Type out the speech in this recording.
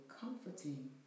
comforting